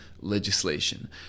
legislation